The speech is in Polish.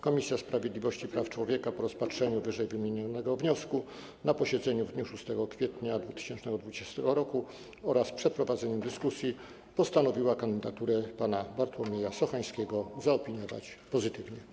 Komisja Sprawiedliwości i Praw Człowieka po rozpatrzeniu wymienionego wniosku na posiedzeniu w dniu 6 kwietnia 2020 r. oraz przeprowadzeniu dyskusji postanowiła kandydaturę pana Bartłomieja Sochańskiego zaopiniować pozytywnie.